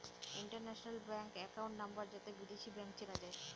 international bank account number যাতে বিদেশী bank চেনা যায়